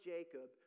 Jacob